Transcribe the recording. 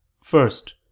first